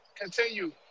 continue